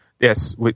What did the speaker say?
yes